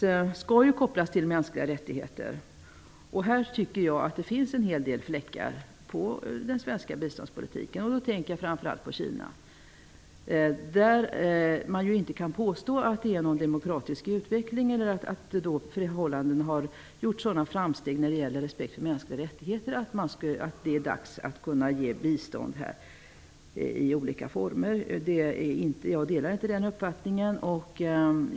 Biståndet skall ju kopplas till mänskliga rättigheter. Det finns en hel del fläckar på den svenska biståndspolitiken. Jag tänker då framför allt på Kina. Man kan ju inte påstå att det där sker någon demokratisk utveckling, eller att förhållandena när det gäller mänskliga rättigheter har gjort sådana framsteg att man kan ge bistånd. Jag delar inte den uppfattningen.